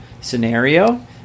scenario